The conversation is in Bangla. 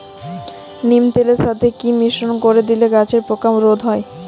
নিম তেলের সাথে কি মিশ্রণ করে দিলে গাছের পোকা রোধ হবে?